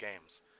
games